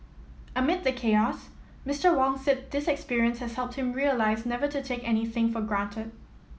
amid the chaos Mister Wong said this experience has helped him realize never to take anything for granted